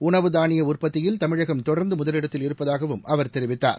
உணவு தானிய உற்பத்தியில் தமிழகம் தொடர்ந்து முதலிடத்தில் இருப்பதாகவும் அவர் தெரிவித்தார்